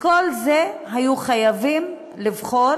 מכל זה היו חייבים לבחור